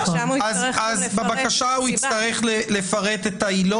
שם הוא יצטרך גם לפרט את הסיבה.